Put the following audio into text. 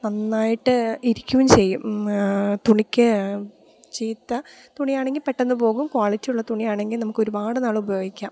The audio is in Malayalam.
നന്നായിട്ട് ഇരിക്കുകയും ചെയ്യും തുണിക്ക് ചീത്ത തുണിയാണെങ്കില് പെട്ടെന്നു പോകും ക്വാളിറ്റിയുള്ള തുണിയാണെങ്കില് നമുക്കൊരുപാടു നാളുപയോഗിക്കാം